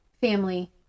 family